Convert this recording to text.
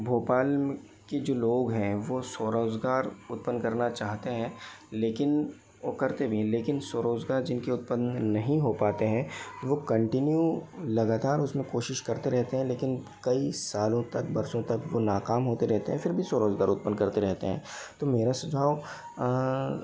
भोपाल के जो लोग हैं वो तो स्वरोजगार उत्पन्न करना चाहते हैं लेकिन वो करते भी हैं लेकिन स्वरोजगार जिनके उत्पन्न नहीं हो पाते हैं वो कंटिन्यू लगातार उसमें कोशिश करते रहते हैं लेकिन कई सालों तक बरसों तक वो नाकाम होते रहते हैं फिर भी स्वरोजगार उत्पन्न करते रहते हैं तो मेरा सुझाव